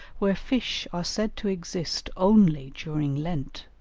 where fish are said to exist only during lent.